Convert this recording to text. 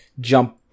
jump